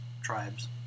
tribes